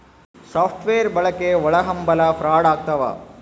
soft wear ಬಳಕೆ ಒಳಹಂಭಲ fraud ಆಗ್ತವ